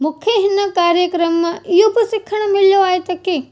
मूंखे हिन कार्यक्रम मां इहो बि सिखणु मिलियो आहे त कि